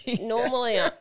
Normally